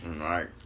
right